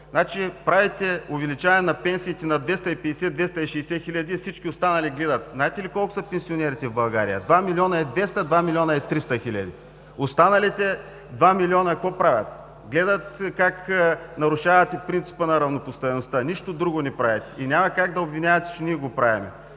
се говори? Увеличавате пенсиите на 250 – 260 хиляди, а всички останали гледат. Знаете ли колко са пенсионерите в България? 2 млн. 200 – 2 млн. 300 хиляди. Останалите 2 милиона какво правят? Гледат как нарушавате принципа на равнопоставеността! Нищо друго не правите! И няма как да обвинявате, че ние го правим!